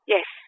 Yes